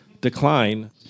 decline